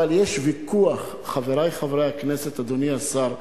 אבל יש ויכוח, חברי חברי הכנסת, אדוני השר,